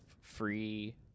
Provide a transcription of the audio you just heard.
free